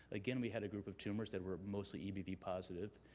again we had a group of tumors that were mostly ebv positive.